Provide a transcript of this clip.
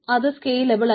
അത് സ്കെയിലബിൾ അല്ല